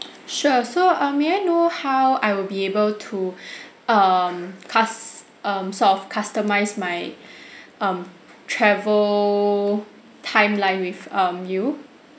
sure so um may I know how I will be able to um cuz~ um sort of customise my um travel timeline with um you